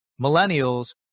millennials